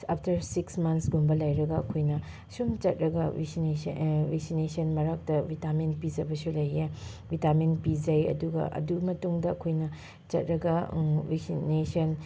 after ꯁꯤꯛꯁ ꯃꯟꯁꯀꯨꯝꯕ ꯂꯩꯔꯒ ꯑꯩꯈꯣꯏꯅ ꯁꯨꯝ ꯆꯠꯂꯒ ꯚꯦꯁꯤꯅꯦꯁꯟ ꯃꯔꯛꯇ ꯚꯤꯇꯥꯃꯤꯟ ꯄꯤꯖꯕꯁꯨ ꯂꯩꯌꯦ ꯚꯤꯇꯥꯃꯤꯟ ꯄꯤꯖꯩ ꯑꯗꯨꯒ ꯑꯗꯨ ꯃꯇꯨꯡꯗ ꯑꯩꯈꯣꯏꯅ ꯆꯠꯔꯒ ꯚꯦꯁꯤꯅꯦꯁꯟ